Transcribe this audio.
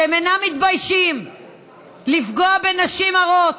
שאינם מתביישים לפגוע בנשים הרות,